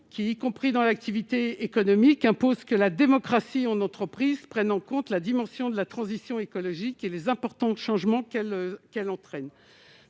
qu'y compris dans l'activité économique impose que la démocratie en entreprise prenne en compte la dimension de la transition écologique et les importants changements qu'elle qu'elle